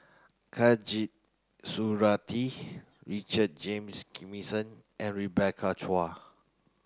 Khatijah Surattee Richard James and Rebecca Chua